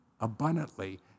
abundantly